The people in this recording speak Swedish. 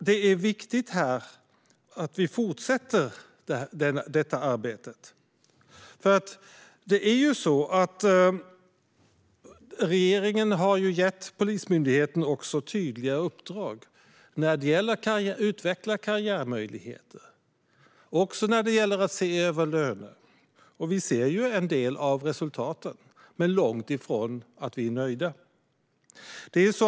Det är viktigt att vi fortsätter detta arbete, för det är ju så att regeringen har gett Polismyndigheten tydliga uppdrag när det gäller att utveckla karriärmöjligheter och att se över löner. Vi ser en del av resultaten, men vi är långt ifrån nöjda.